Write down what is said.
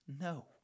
No